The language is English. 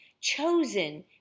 chosen